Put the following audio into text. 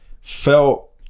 felt